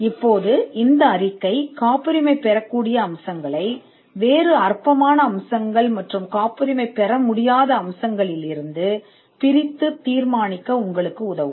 இப்போது காப்புரிமை பெறாத அல்லது அற்பமான அம்சங்களிலிருந்து காப்புரிமை பெறக்கூடிய அம்சங்களைத் தீர்மானிக்க இந்த அறிக்கை உங்களுக்கு உதவும்